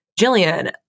Jillian